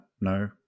No